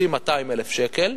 שים 200,000 שקלים,